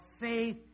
faith